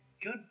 good